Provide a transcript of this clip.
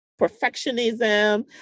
perfectionism